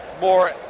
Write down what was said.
more